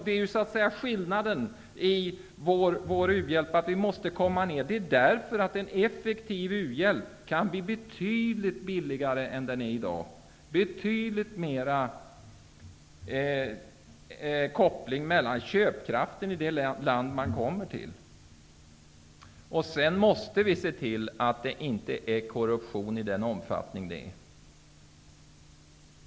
Det är därför som vårt bistånd måste minska. En effektiv u-hjälp kan bli betydligt billigare än i dag, om det görs en koppling till köpkraften i det land som pengarna går till. Sedan måste vi se till att korruptionen inte har så stor omfattning som nu.